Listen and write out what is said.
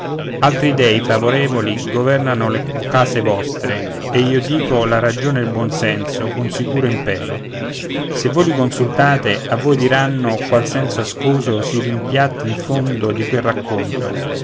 altri dèi favorevoli governano le cose vostre io dico la ragione ed il buonsenso con sicuro impero se voi li consultate a voi diranno qual senso ascoso si rimpiatti in fondo di quel racconto